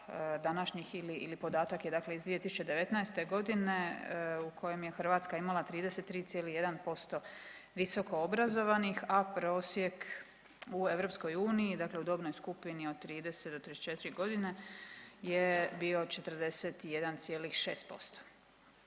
današnjih ili podatak je, dakle iz 2019. godine u kojem je Hrvatska imala 33,1% visoko obrazovanih, a prosjek u EU, dakle u dobnoj skupini od 30 do 34 godine je bio 41,6%.